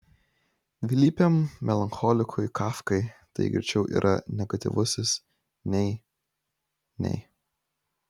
dvilypiam melancholikui kafkai tai greičiau yra negatyvusis nei nei